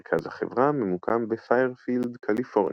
מרכז החברה ממוקם בפיירפילד, קליפורניה.